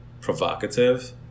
provocative